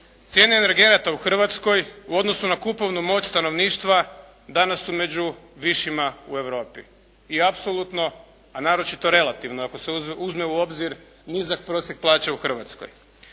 Cijene energenata u Hrvatskoj u odnosu na kupovnu moć stanovništva danas su među višima u Europi i apsolutno, a naročito relativno ako se uzme u obzir nizak prosjek plaće u Hrvatskoj.